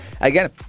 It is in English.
again